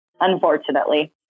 unfortunately